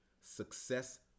Success